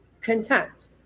content